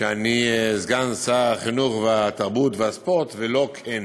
שאני סגן שר החינוך, התרבות והספורט, ולא כן הוא.